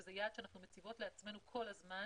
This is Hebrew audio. וזה יעד שאנחנו מציבות לעצמנו כל הזמן,